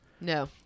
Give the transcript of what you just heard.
No